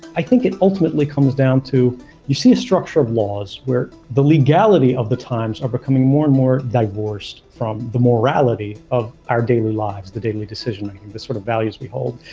i think it ultimately comes down to you see a structure of laws where the legality of the times are becoming more and more divorced from the morality of our daily lives, the daily decision-making, the sort of values we hold.